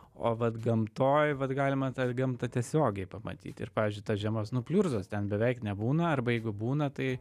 o vat gamtoj vat galima tą gamtą tiesiogiai pamatyti ir pavyzdžiui tos žemos nu pliurzos ten beveik nebūna arba jeigu būna tai